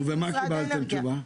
נו, ומה קיבלתם תשובה?